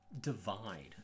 divide